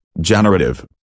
generative